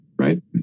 right